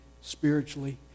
spiritually